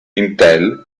intel